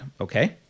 Okay